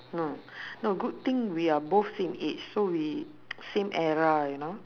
uh no good thing we are both same age so we same era you know